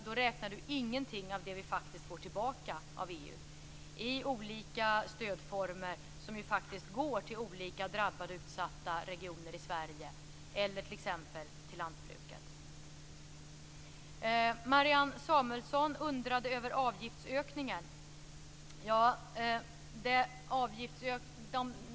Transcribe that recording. Då räknar han ingenting av det vi faktiskt får tillbaka från EU i olika stödformer, som ju faktiskt går till olika drabbade och utsatta regioner i Sverige eller t.ex. till lantbruket. Marianne Samuelsson undrade över avgiftsökningen.